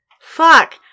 Fuck